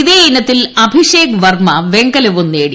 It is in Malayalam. ഇതേയിനത്തിൽ അഭിഷേക് വർമ്മ വെങ്കലവും നേടി